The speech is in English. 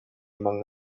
among